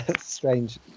strange